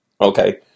Okay